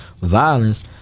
violence